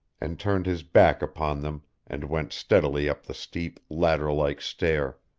and turned his back upon them and went steadily up the steep, ladder-like stair.